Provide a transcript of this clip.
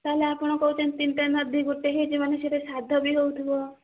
ତାହେଲେ ଆପଣ କହୁଛନ୍ତି ତିନଟା ନଦୀ ଗୋଟେ ହୋଇଛି ମାନେ ସେଇଟା ଶ୍ରାଦ୍ଧ ବି ହେଉଥିବ